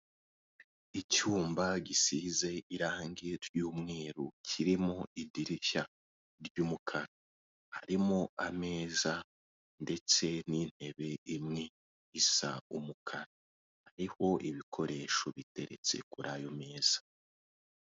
Icyumba gisize irange ry'umweru kirimo idirishya ry'umukara harimo ameza ndetse n'intebe imwe isa umukara, hariho ibikoresho biteretse kuri ayo meza.